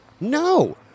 no